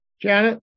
Janet